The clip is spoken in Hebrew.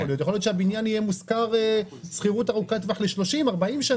יכול להיות שהבניין יהיה מושכר שכירות ארוכת טווח ל-30 ו-40 שנים.